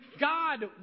God